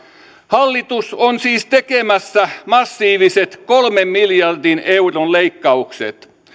on siis tekemässä massiiviset kolmen miljardin euron leikkaukset